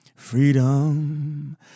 Freedom